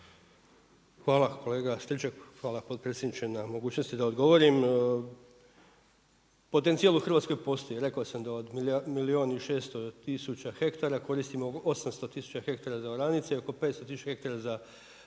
Hvala kolega Stričak, hvala potpredsjedniče na mogućnosti da odgovorim. Potencijal u Hrvatskoj postoji. Rekao sam da od milijun i 600 tisuća hektara koristimo 800 tisuća hektara za oranice i oko 500 tisuća hektara za pašnjake.